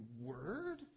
Word